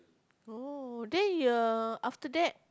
oh then your after that